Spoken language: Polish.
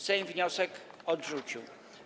Sejm wniosek odrzucił.